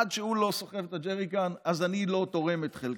עד שהוא לא סוחב את הג'ריקן אז אני לא תורם את חלקי.